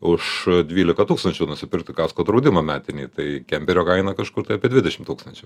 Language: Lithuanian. už dvylika tūkstančių nusipirkti kasko draudimą metinį tai kemperio kaina kažkur tai apie dvidešim tūkstančių